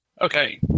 Okay